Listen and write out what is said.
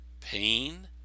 pain